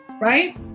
right